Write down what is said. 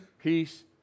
peace